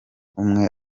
umwe